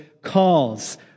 calls